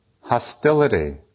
Hostility